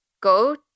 go